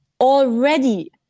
already